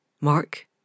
Mark